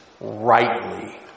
rightly